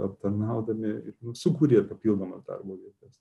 aptarnaudami ir sukūrė papildomas darbo vietas